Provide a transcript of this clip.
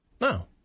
No